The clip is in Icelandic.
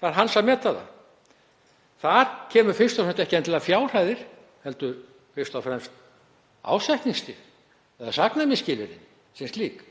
Það er hans að meta það. Þar er viðmiðið ekki endilega fjárhæðir heldur fyrst og fremst ásetningsstig eða saknæmisskilyrði sem slík.